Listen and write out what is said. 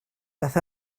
ddaeth